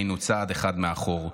היינו צעד אחד מאחור,